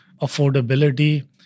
affordability